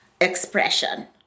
expression